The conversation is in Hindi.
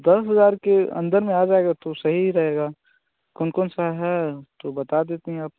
दस हज़ार के अंदर में आ जाएगा तो सही रहेगा कौन कौन सा है तो बता देतीं आप